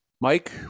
Mike